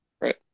Right